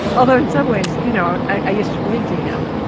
although in some ways, you know, i used to read to him,